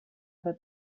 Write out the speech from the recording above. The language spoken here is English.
other